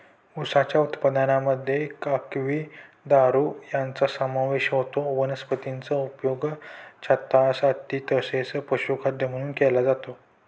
उसाच्या उत्पादनामध्ये काकवी, दारू यांचा समावेश होतो वनस्पतीचा उपयोग छतासाठी तसेच पशुखाद्य म्हणून केला जातो